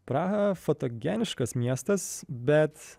praha fotogeniškas miestas bet